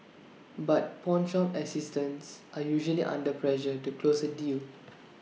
but pawnshop assistants are usually under pressure to close A deal